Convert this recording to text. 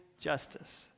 justice